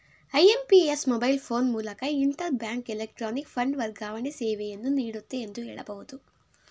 IMPS mobile phone ಮೂಲಕ interbank electronic fund ವರ್ಗಾವಣೆ ಸೇವೆಯನ್ನು ನೀಡುತ್ತೆ ಎಂದು ಹೇಳಬಹುದು